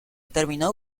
terminó